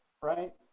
right